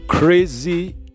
crazy